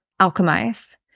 alchemize